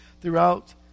throughout